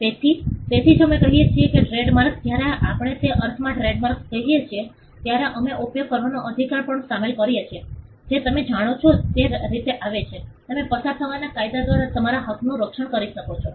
તેથી તેથી જ અમે કહીએ છીએ કે ટ્રેડમાર્ક્સ જ્યારે આપણે તે અર્થમાં ટ્રેડમાર્ક્સ કહીએ છીએ ત્યારે અમે ઉપયોગ કરવાનો અધિકાર પણ શામેલ કરીએ છીએ જે તમે જાણો છો તે રીતે આવે છે તમે પસાર થવાના કાયદા દ્વારા તમારા હકનું રક્ષણ કરી શકો છો